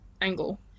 angle